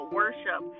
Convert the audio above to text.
worship